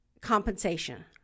compensation